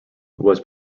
was